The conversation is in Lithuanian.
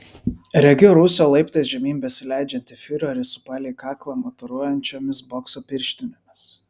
regiu rūsio laiptais žemyn besileidžiantį fiurerį su palei kaklą mataruojančiomis bokso pirštinėmis